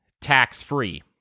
tax-free